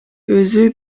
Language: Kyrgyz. өзү